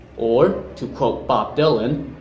or to quote bob dylan,